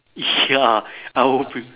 ya I will pre~